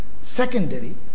secondary